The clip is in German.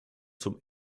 zum